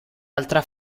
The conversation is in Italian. altra